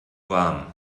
warm